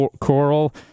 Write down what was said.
Coral